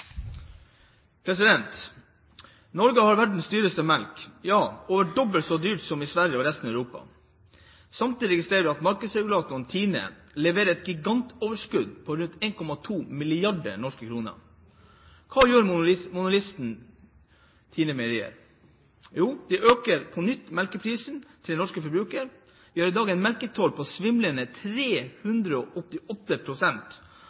i resten av Europa. Samtidig registrerer vi at markedsregulatoren TINE leverer et gigantoverskudd på rundt 1,2 mrd. kr. Hva gjør monopolisten TINE meierier? Jo, de øker på nytt melkeprisen til den norske forbruker. Vi har i dag en melketoll på svimlende